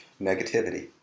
negativity